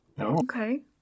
Okay